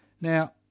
Now